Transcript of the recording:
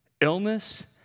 illness